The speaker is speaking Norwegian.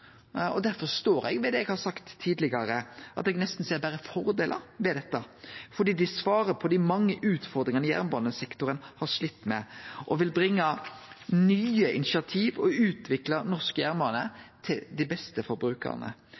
gyldigheit. Derfor står eg ved det eg har sagt tidlegare, at eg ser nesten berre fordelar med dette fordi det svarer på dei mange utfordringane jernbanesektoren har slitt med, og vil bringe nye initiativ og utvikle norsk jernbane til det beste